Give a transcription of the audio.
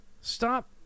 Stop